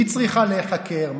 היא צריכה להיחקר,